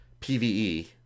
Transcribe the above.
PvE